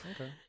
okay